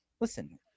Listen